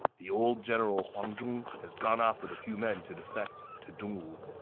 the old general huang zhong has gone off with a few men to defect to dongwu.